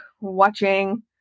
watching